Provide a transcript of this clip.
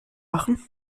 machen